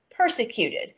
persecuted